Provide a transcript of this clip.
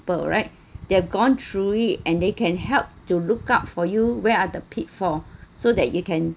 right they have gone through it and they can help to look out for you where the pitfall so that you can